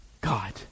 God